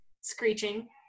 screeching